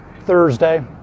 Thursday